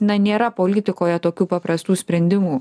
na nėra politikoje tokių paprastų sprendimų